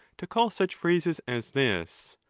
to call such phrases as this,